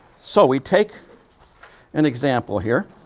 so, we take an example here,